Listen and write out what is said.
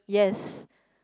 yes